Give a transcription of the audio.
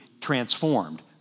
transformed